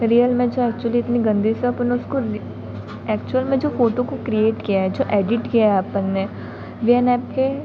real में जो actually इतनी गंदी सी अपन उसको ऐक्चुअल में जो फ़ोटो को क्रियेट किया है जो एडिट किया है अपन ने वी एन ऐप के